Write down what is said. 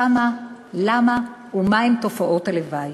כמה, למה ומה הן תופעות הלוואי.